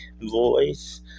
voice